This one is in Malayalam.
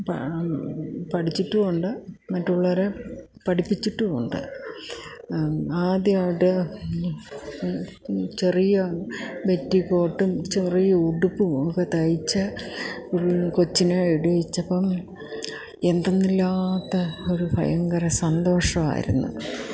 പഠിച്ചിട്ടുമുണ്ട് മറ്റുള്ളവരെ പഠിപ്പിച്ചിട്ടുമുണ്ട് ആദ്യമായിട്ട് ചെറിയ പെറ്റിക്കോട്ടും ചെറിയ ഉടുപ്പും ഒക്കെ തയ്ച്ച് കൊച്ചിനെ ഇടിയിച്ചപ്പം എന്തെന്നില്ലാത്ത ഒരു ഭയങ്കര സന്തോഷമായിരുന്നു